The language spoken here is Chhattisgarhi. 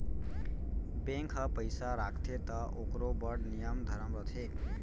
बेंक ह पइसा राखथे त ओकरो बड़ नियम धरम रथे